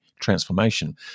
transformation